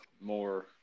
more